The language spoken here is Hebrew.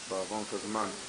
כי כבר עברנו את הזמן,